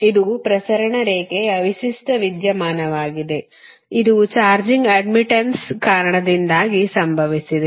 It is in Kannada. ಇದು ಪ್ರಸರಣ ರೇಖೆಯ ವಿಶಿಷ್ಟ ವಿದ್ಯಮಾನವಾಗಿದೆ ಇದು ಚಾರ್ಜಿಂಗ್ ಅಡ್ಡ್ಮಿಟ್ಟನ್ಸ್ ಕಾರಣದಿಂದಾಗಿ ಸಂಭವಿಸಿದೆ